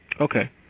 Okay